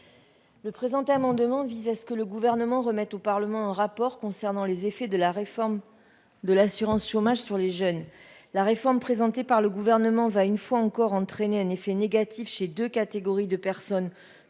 Lubin. Cet amendement vise à demander au Gouvernement de remettre un rapport au Parlement concernant les effets de la réforme de l'assurance chômage sur les jeunes. La réforme présentée par le Gouvernement va, une fois encore, produire un effet négatif pour deux catégories de personnes